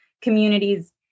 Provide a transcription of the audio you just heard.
communities